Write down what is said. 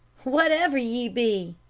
whatever ye be!